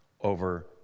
over